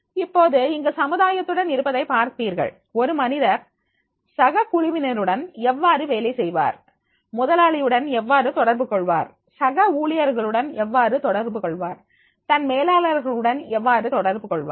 இப்போது இங்கு சமுதாயத்துடன் இருப்பதைப் பார்ப்பீர்கள் ஒரு மனிதர் சக குழுவினருடன் எவ்வாறு வேலை செய்வார் முதலாளியுடன் எவ்வாறு தொடர்பு கொள்வார் சக ஊழியர்களுடன் எவ்வாறு தொடர்பு கொள்வார் தன் மேலாளர்கள் உடன் எவ்வாறு தொடர்பு கொள்வார்